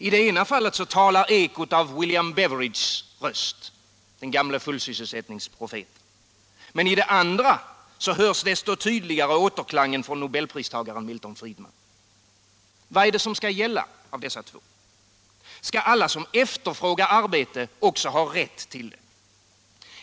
I det ena fallet talar ekot av William Beveridges röst, den gamla fullsysselsättningsprofeten, i det andra hörs desto tydligare återklangen från nobelpristagaren Milton Friedman. Vad skall gälla? Skall alla som efterfrågar arbete också ha rätt härtill?